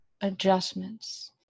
adjustments